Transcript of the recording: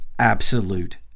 absolute